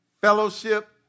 Fellowship